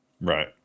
right